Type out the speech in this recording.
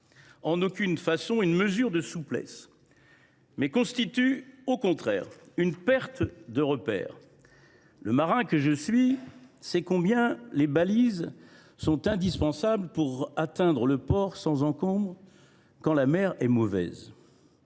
en aucune façon une mesure de souplesse, mais constitue au contraire une perte de repères. Le marin que je suis sait combien les balises sont indispensables pour atteindre le port sans encombre quand la mer est mauvaise…